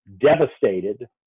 devastated